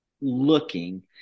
looking